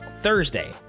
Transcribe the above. Thursday